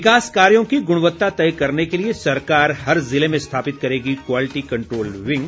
विकास कार्यों की गुणवत्ता तय करने के लिए सरकार हर ज़िले में स्थापित करेगी क्वालिटी कंट्रोल विंग